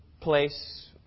place